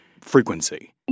frequency